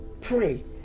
pray